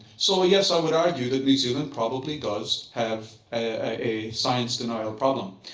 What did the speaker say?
so yes, i would argue that new zealand probably does have a science denial problem.